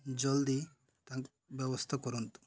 ଜଲ୍ଦି ତାଙ୍କ ବ୍ୟବସ୍ଥା କରନ୍ତୁ